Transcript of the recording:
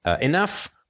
enough